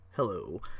Hello